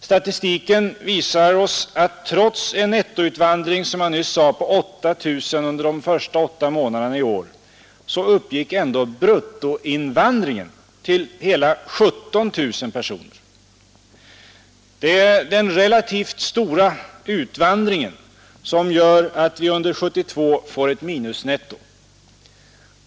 Statistiken visar oss att trots en nettoutvandring, som jag nyss sade, på 8 000 under de första åtta månaderna i år, uppgick ändå bruttoinvandringen till hela 17 000 personer. Det är den relativt stora utvandringen som gör att vi under 1972 får ett minusnetto.